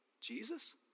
Jesus